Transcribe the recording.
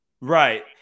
Right